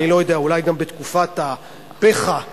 אולי גם בתקופת הפחה הטורקי,